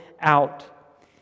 out